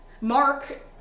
Mark